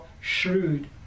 shrewd